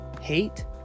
hate